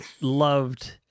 loved